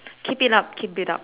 keep it up keep it up